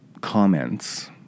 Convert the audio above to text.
comments